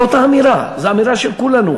זאת האמירה, זו אמירה לכולנו.